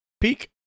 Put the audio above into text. Peak